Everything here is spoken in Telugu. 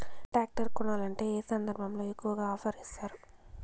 టాక్టర్ కొనాలంటే ఏ సందర్భంలో ఎక్కువగా ఆఫర్ ఇస్తారు?